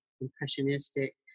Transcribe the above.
impressionistic